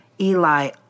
Eli